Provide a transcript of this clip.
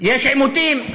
יש עימותים,